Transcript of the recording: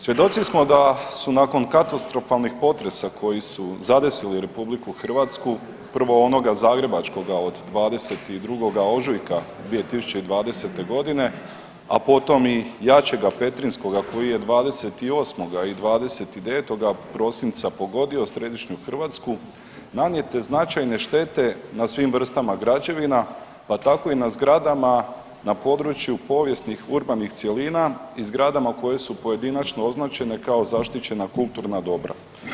Svjedoci smo da su nakon katastrofalnih potresa koji su zadesili RH, prvo onoga zagrebačkoga od 22. ožujka 2020.g., a potom i jačega petrinjskoga koji je 28. i 29. prosinca pogodio središnju Hrvatsku nanijete značajne štete na svim vrstama građevina, pa tako i na zgradama na području povijesnih urbanih cjelina i zgradama koje su pojedinačno označene kao zaštićena kulturna dobra.